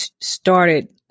started